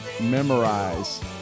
memorize